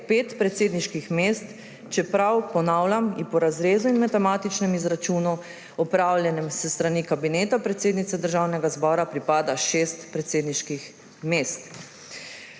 pet predsedniških mest, čeprav, ponavljam, ji po razrezu in matematičnem izračunu, opravljenem s strani Kabineta predsednice Državnega zbora, pripada šest predsedniških mest.